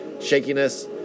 shakiness